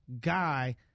guy